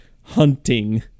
hunting